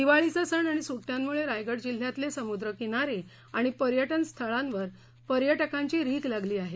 दिवाळीचा सण आणि सुट्यांमुळे रायगड जिल्ह्यातले समुद्र किनारे आणि पर्यटन स्थळांवर पर्यटकांची रीघ लागली आहे